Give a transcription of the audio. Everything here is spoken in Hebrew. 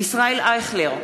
ישראל אייכלר,